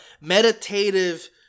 meditative